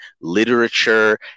literature